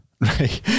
Right